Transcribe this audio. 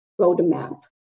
roadmap